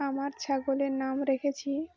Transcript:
আমার ছাগলের নাম রেখেছি